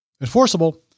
enforceable